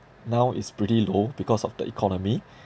now is pretty low because of the economy